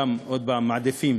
עוד פעם, מעדיפים